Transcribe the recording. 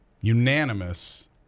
unanimous